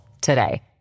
today